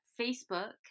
Facebook